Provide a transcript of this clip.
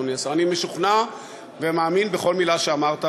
אדוני השר: אני משוכנע ומאמין בכל מילה שאמרת.